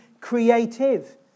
creative